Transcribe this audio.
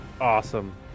Awesome